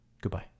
Goodbye